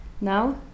now